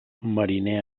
mariner